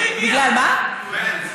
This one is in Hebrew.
בגלל בעלז.